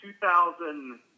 2000